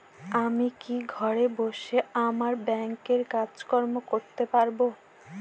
আমি কি ঘরে বসে আমার ব্যাংকের কাজকর্ম করতে পারব?